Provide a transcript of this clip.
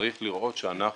צריך לראות שאנחנו